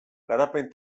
garapen